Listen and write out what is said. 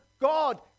God